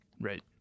Right